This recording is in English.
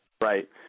Right